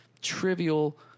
trivial